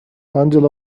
angela